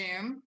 Zoom